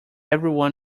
everyone